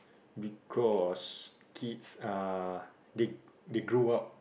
because kids are they they grow up